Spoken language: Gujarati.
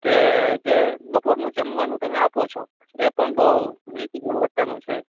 કે જે બપોરનું જમવાનું તમે આપો છો એ પણ બઉ નીચી ગુણવત્તાનું છે